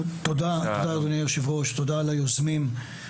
תודה אדוני היושב ראש ותודה ליוזמים של הדיון.